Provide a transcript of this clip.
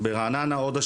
לבקשת יושבת ראש הוועדה,